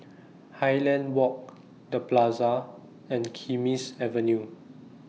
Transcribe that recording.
Highland Walk The Plaza and Kismis Avenue